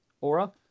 aura